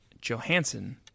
Johansson